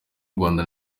rwanda